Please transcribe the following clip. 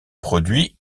produit